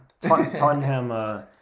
Tottenham